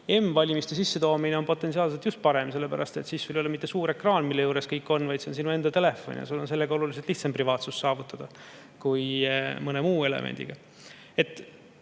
m‑valimiste sissetoomine potentsiaalselt parem, sest siis ei ole mitte suure ekraani taga kõik, vaid see on sinu enda telefon ja sul on sellega oluliselt lihtsam privaatsust saavutada kui mõne muu elemendiga.